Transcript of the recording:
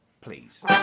Please